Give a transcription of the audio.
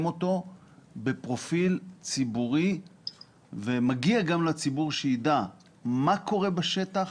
אותו בפרופיל ציבורי ומגיע גם לציבור שידע מה קורה בשטח,